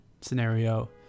scenario